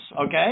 okay